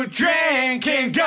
drinking